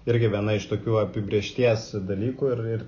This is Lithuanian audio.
irgi viena iš tokių apibrėžties dalykų ir ir